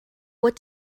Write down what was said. what